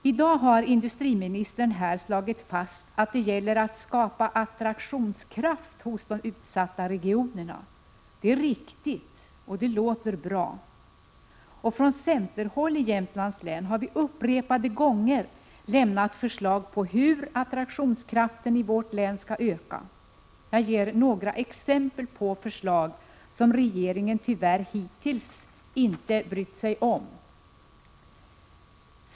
I dag har industriministern slagit fast att det gäller att skapa attraktionskraft hos de utsatta regionerna. Det är riktigt, och det låter bra. Från centerhåll i Jämtlands län har vi upprepade gånger lämnat förslag på hur länets attraktionskraft skulle kunna öka. Jag ger några exempel på förslag, som regeringen hittills tyvärr inte har brytt sig om.